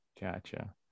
gotcha